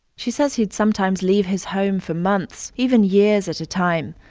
she says he'd sometimes leave his home for months, even years at a time,